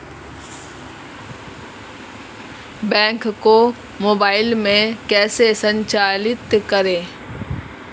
Bank को mobile में कैसे संचालित करें?